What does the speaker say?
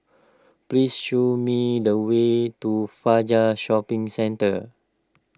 please show me the way to Fajar Shopping Centre